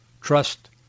trust